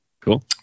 Cool